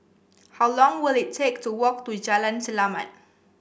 how long will it take to walk to Jalan Selamat